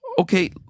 okay